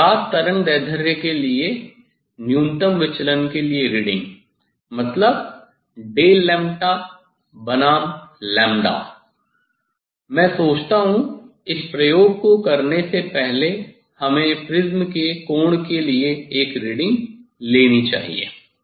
अब ज्ञात तरंगदैर्ध्य के लिए न्यूनतम विचलन के लिए रीडिंग मतलब डेल्टा लैंबडा बनाम लैंबडा मैं सोचता हूं इस प्रयोग को करने से पहले हमें प्रिज्म कोण के लिए एक रीडिंग लेनी चाहिए